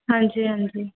ਹਾਂਜੀ ਹਾਂਜੀ